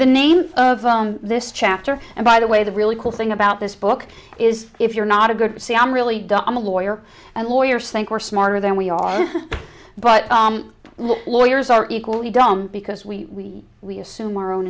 the name of this chapter and by the way the really cool thing about this book is if you're not a good c i'm really i'm a lawyer and lawyers think we're smarter than we are but lawyers are equally dumb because we we assume our own